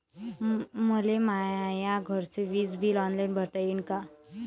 मले माया घरचे विज बिल ऑनलाईन भरता येईन का?